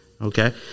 Okay